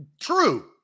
True